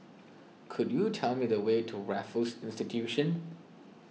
could you tell me the way to Raffles Institution